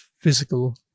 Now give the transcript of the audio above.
physical